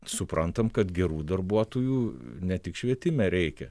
suprantam kad gerų darbuotojų ne tik švietime reikia